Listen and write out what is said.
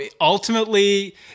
ultimately